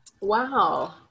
wow